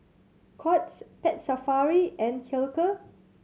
Courts Pet Safari and Hilker